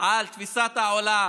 על תפיסת עולם